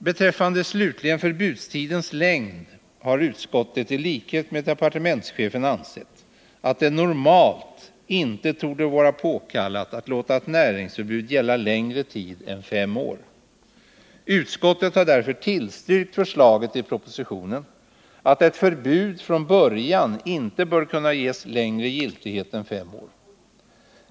Beträffande slutligen förbudstidens längd har utskottet i likhet med departementschefen ansett att det normalt inte torde vara påkallat att låta ett näringsförbud gälla längre tid än fem år. Utskottet har därför tillstyrkt förslaget i propositionen att ett förbud från början inte bör kunna ges längre giltighetstid än fem år.